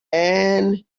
and